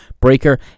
Breaker